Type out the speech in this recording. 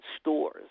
stores